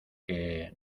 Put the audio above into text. que